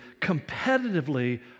competitively